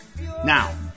Now